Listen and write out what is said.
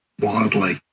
wildly